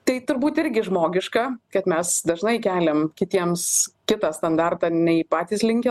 tai turbūt irgi žmogiška kad mes dažnai keliam kitiems kitą standartą nei patys linkę